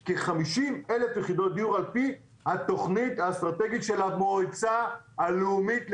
כ-50,000 יחידות דיור על פי התוכנית האסטרטגית של המועצה הלאומית לכלכלה.